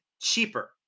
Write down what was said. cheaper